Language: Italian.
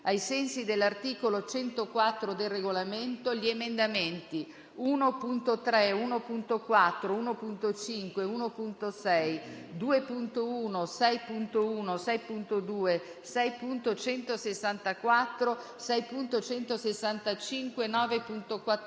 ai sensi dell'articolo 104 del Regolamento, gli emendamenti 1.3, 1.4, 1.5, 1.6, 2.1, 6.1, 6.2, 6.164, 6.165, 9.14,